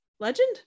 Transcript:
legend